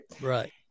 Right